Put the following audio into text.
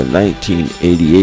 1988